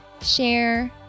share